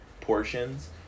portions